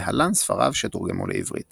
להלן ספריו שתורגמו לעברית